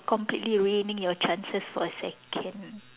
completely ruining your chances for a second